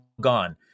gone